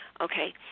Okay